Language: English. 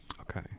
Okay